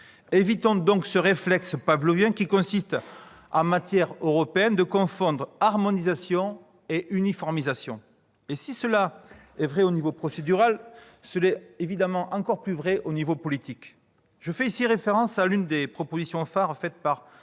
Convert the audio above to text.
Évitons ce réflexe pavlovien qui consiste en matière européenne à confondre harmonisation et uniformisation. Et si cela est vrai en termes de procédures, cela l'est évidemment encore plus en termes politiques. Je fais ici référence à l'une des propositions phares du Président